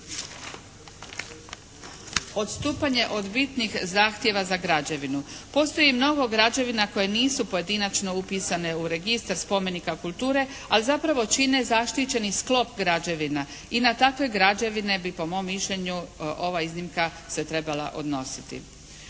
odstupanje od bitnih zahtjeva za građevinu. Postoji mnogo građevina koje nisu pojedinačno upisane u Registar spomenika kulture ali zapravo čine zaštićeni sklop građevina i na takve građevine bi po mom mišljenju ova iznimka se trebala odnositi.